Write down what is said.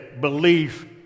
belief